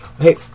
Hey